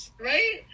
Right